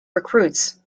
recruits